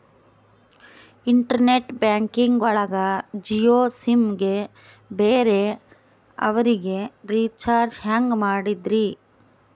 Internet banking ಒಳಗ sim ಸಿಮ್ ಗೆ ಬೇರೆ ಅವರಿಗೆ ರೀಚಾರ್ಜ್ ಹೆಂಗ್ ಮಾಡಿದ್ರಿ?